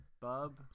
Bub